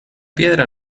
piedra